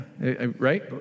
right